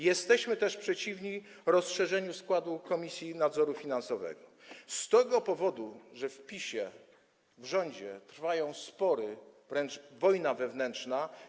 Jesteśmy też przeciwni rozszerzeniu składu Komisji Nadzoru Finansowego z tego powodu, że w PiS-ie, w rządzie trwają spory, wręcz trwa wojna wewnętrzna.